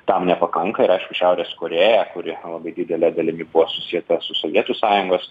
tam nepakanka ir aišku šiaurės korėja kuri labai didele dalimi buvo susieta su sovietų sąjungos